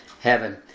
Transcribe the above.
Heaven